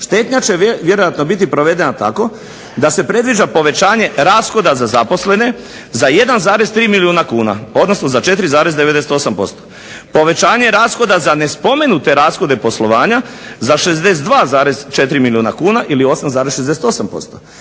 štednja će vjerojatno biti provedena tako da se predviđa povećanje rashoda za zaposlene za 1,3 milijuna kuna, odnosno za 4,98%. Povećanje rashoda za nespomenute rashode poslovanja za 62,4 milijuna kuna ili 8,68%